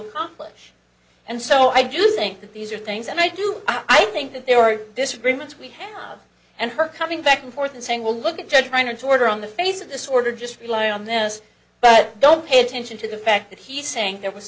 accomplish and so i do think that these are things that i do i think that there are disagreements we have and her coming back and forth and saying well look at judge reinert order on the face of this order just rely on this but don't pay attention to the fact that he's saying there was